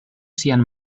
sian